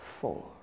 Four